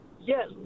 Yes